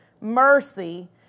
mercy